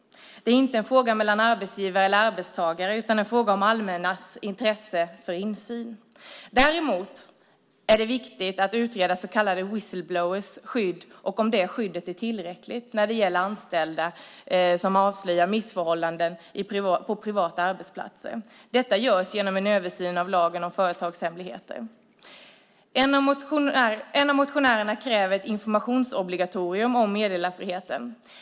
Det är inte en fråga mellan arbetsgivare och arbetstagare utan en fråga om det allmännas intresse av insyn. Däremot är det viktigt att utreda så kallade whistle-blowers skydd och om det skyddet är tillräckligt när anställda avslöjar missförhållanden på privata arbetsplatser. Detta görs genom en översyn av lagen om företagshemligheter. En av motionärerna kräver ett informationsobligatorium om meddelarfriheten.